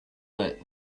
let